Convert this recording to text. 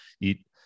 eat